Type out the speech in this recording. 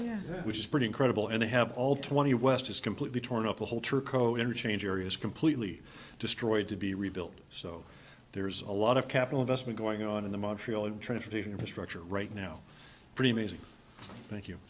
plan which is pretty incredible and they have all twenty west is completely torn up the whole turco interchange areas completely destroyed to be rebuilt so there's a lot of capital investment going on in the modern transportation infrastructure right now pretty amazing thank you